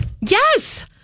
Yes